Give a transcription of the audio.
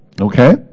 Okay